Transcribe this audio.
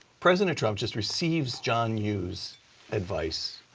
president trump just receives john yoo's advice,